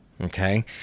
Okay